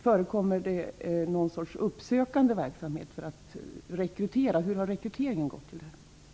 Förekommer det någon sorts uppsökande verksamhet för att rekrytera, eller hur har rekryteringen till distansutbildningen gått till?